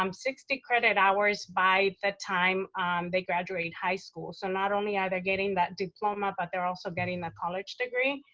um sixty credit hours by the time they graduate high school, so not only are they getting that diploma, but they're also getting that college degree.